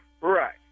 Right